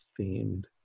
themed